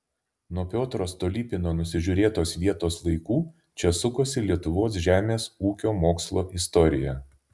nuo piotro stolypino nusižiūrėtos vietos laikų čia sukosi lietuvos žemės ūkio mokslo istorija